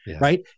right